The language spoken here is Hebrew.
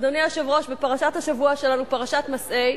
אדוני היושב-ראש, בפרשת השבוע שלנו, פרשת מסעי,